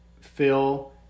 Phil